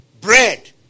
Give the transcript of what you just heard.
bread